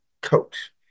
coach